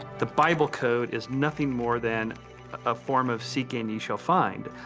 the bible code is nothing more than a form of seek and ye shall find.